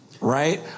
Right